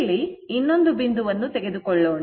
ಇಲ್ಲಿ ಇನ್ನೊಂದು ಬಿಂದುವನ್ನು ತೆಗೆದುಕೊಳ್ಳೋಣ